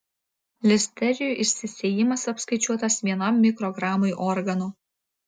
listerijų išsisėjimas apskaičiuotas vienam mikrogramui organo